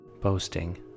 boasting